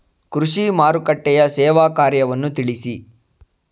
ಕೃಷಿ ಮಾರುಕಟ್ಟೆಯ ಸೇವಾ ಕಾರ್ಯವನ್ನು ತಿಳಿಸಿ?